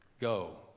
Go